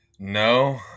No